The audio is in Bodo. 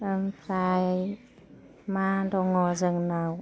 ओमफ्राय मा दङ जोंनाव